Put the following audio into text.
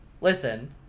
Listen